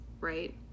Right